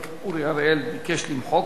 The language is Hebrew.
אורי אריאל, ביקש למחוק אותו.